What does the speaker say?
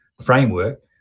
framework